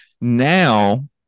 Now